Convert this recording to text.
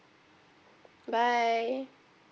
bye